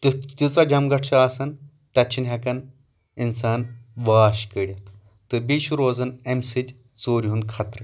تیُتھ تیٖژاہ جمہٕ گٹھ چھُ آسان تَتہِ چھِ نہٕ ہیکان اِنسان واش کٔڈِتھ تہٕ بیٚیہِ چھُ روزان اَمہِ سۭتۍ ژُوٗرِ ہُنٛد خاطرٕ